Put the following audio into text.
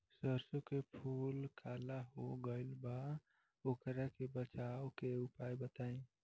सरसों के फूल काला हो गएल बा वोकरा से बचाव के उपाय बताई?